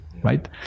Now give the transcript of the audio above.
right